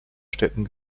städten